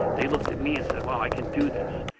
they looked at me and said, wow, i can do this.